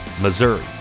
Missouri